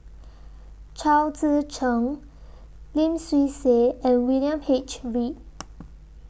Chao Tzee Cheng Lim Swee Say and William H Read